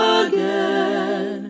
again